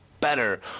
better